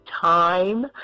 time